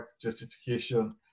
justification